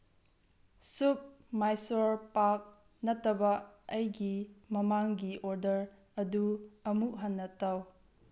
ꯁꯨꯕ ꯃꯥꯏꯁꯣꯔ ꯄꯥꯛ ꯅꯠꯇꯕ ꯑꯩꯒꯤ ꯃꯃꯥꯡꯒꯤ ꯑꯣꯔꯗꯔ ꯑꯗꯨ ꯑꯃꯨꯛ ꯍꯟꯅ ꯇꯧ